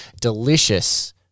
delicious